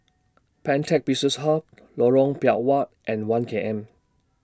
Pantech Business Hub Lorong Biawak and one K M